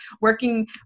working